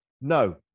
no